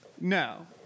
No